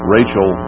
Rachel